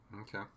Okay